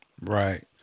Right